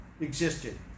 existed